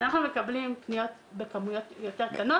אנחנו מקבלים פניות בכמויות יותר קטנות